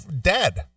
dead